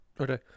Okay